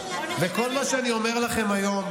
וכל מה שאני אומר לכם היום,